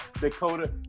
Dakota